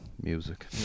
music